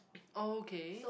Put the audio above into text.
okay